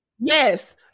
Yes